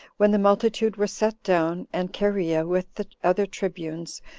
when the multitude were set down, and cherea, with the other tribunes,